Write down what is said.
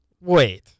Wait